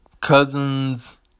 cousins